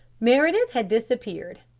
meredith had disappeared.